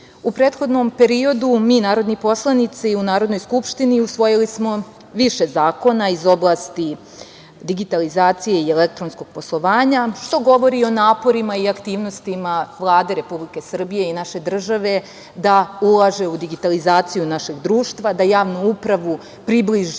prethodnom periodu mi, narodni poslanici u Narodnoj skupštini, usvojili smo više zakona iz oblasti digitalizacije i elektronskog poslovanja, što govori o naporima i aktivnostima Vlade Republike Srbije i naše države da ulaže u digitalizaciju našeg društva, da javnu upravu približi